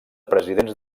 presidents